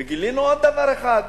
וגילינו עוד דבר אחד,